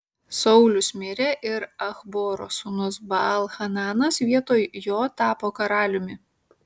saulius mirė ir achboro sūnus baal hananas vietoj jo tapo karaliumi